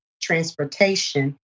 transportation